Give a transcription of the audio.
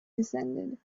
descended